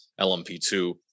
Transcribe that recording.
lmp2